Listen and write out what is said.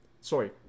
Sorry